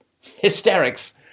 hysterics